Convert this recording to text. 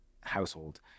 household